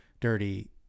dirty